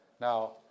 Now